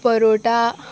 parotta